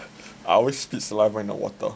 I always spit saliva in the water